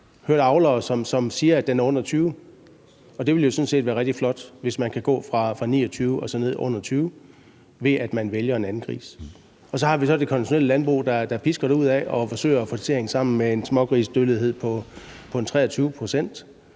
hørt avlere, som siger, at den er under 20 pct., og det ville jo sådan set være rigtig flot, hvis man kan gå fra 29 pct. til ned under 20 pct., ved at man vælger en anden gris. Så har vi så det konventionelle landbrug, der pisker derudad og forsøger at få det til at hænge sammen med en smågrisdødelighed på 23 pct.